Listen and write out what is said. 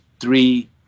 three